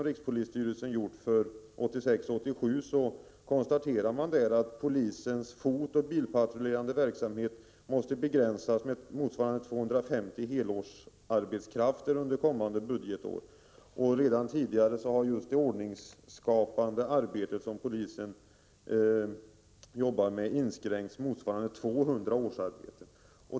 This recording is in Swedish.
Rikspolisstyrelsen konstaterar i sin budgetframställning för budgetåret 1986/87 att polisens fotoch bilpatrullerande verksamhet måste begränsas med motsvarande 250 helårsarbetskrafter under kommande budgetår. Redan tidigare har polisens ordningsskapande arbete fått inskränkningar med motsvarande 200 årsarbetare.